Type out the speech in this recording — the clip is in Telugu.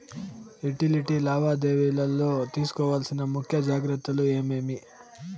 యుటిలిటీ లావాదేవీల లో తీసుకోవాల్సిన ముఖ్య జాగ్రత్తలు ఏమేమి?